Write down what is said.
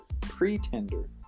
pretender